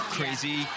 crazy